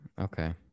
Okay